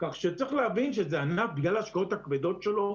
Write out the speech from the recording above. כך שצריך להבין שבגלל ההשקעות הכבדות שלו,